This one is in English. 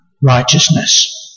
righteousness